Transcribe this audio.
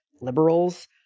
liberals